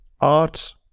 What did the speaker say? art